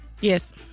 Yes